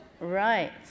Right